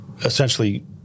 essentially